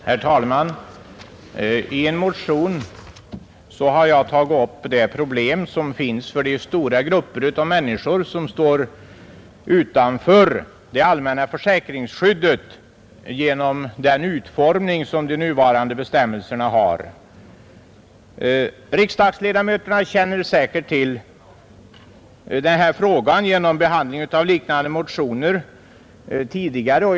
Herr talman! I en motion har jag tagit upp det problem som stora grupper av människor, som står utanför det allmänna försäkringsskyddet, har på grund av utformningen av nuvarande bestämmelser. Riksdagsledamöterna känner säkert genom tidigare behandling av liknande motioner väl till denna fråga.